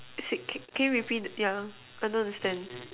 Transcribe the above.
can can you repeat the thing I don't I don't understand